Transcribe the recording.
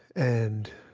and